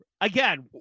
Again